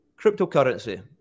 Cryptocurrency